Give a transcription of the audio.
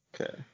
Okay